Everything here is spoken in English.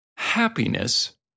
Happiness